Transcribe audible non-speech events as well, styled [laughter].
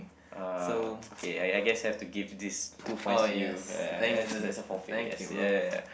uh okay I I guess have to give this two points to you [noise] that's a forfeit I guess ya ya ya